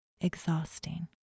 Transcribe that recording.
Exhausting